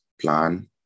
plan